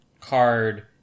card